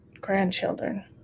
grandchildren